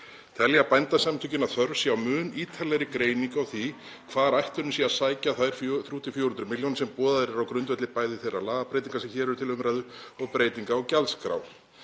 „Telja Bændasamtökin að þörf sé á mun ítarlegri greiningu á því hvar ætlunin sé að sækja þær 300–400 millj. kr. sem boðaðar eru á grundvelli bæði þeirra lagabreytinga sem hér eru til umræðu og breytinga á gjaldskrá.“